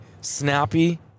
snappy